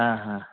ହାଁ ହାଁ